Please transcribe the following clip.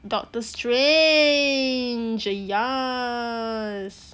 doctor strange ah yass